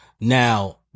Now